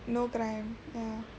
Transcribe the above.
no crime mm